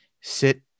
sit